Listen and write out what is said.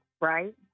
right